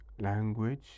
language